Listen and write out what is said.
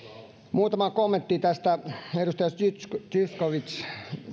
muutama kommentti tästä edustaja zyskowicz